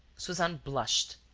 suzanne blushed,